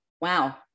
Wow